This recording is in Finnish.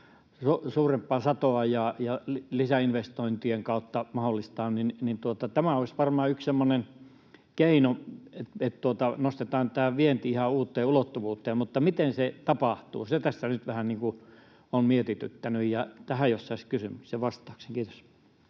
suurempaa satoa ja lisäinvestointien kautta mahdollistaa. Tämä olisi varmaan yksi semmoinen keino, että nostetaan tämä vienti ihan uuteen ulottuvuuteen. Mutta miten se tapahtuu? Se tässä nyt vähän on mietityttänyt, ja tähän kysymykseen jos saisi vastauksen. — Kiitos.